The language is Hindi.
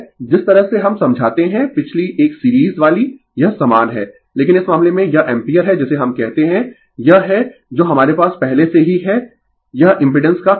जिस तरह से हम समझाते है पिछली एक सीरीज वाली यह समान है लेकिन इस मामले में यह एम्पीयर है जिसे हम कहते है यह है जो हमारे पास पहले से ही है यह इम्पिडेंस का कोण है